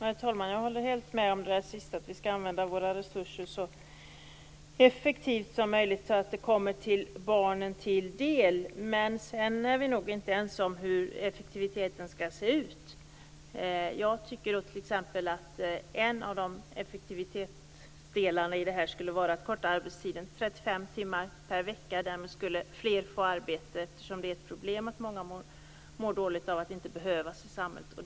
Herr talman! Jag håller helt med om det sista, att vi skall använda våra resurser så effektivt som möjligt så att de kommer barnen till del. Men vi är nog inte ense om hur effektiviteten skall se ut. Jag tycker t.ex. att en av effektivitetsdelarna skulle vara att korta arbetstiden till 35 timmar per vecka. Därmed skulle fler få arbete, eftersom det är ett problem att många mår dåligt av att inte behövas i samhället.